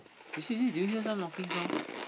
you see you see do you hear some knocking sound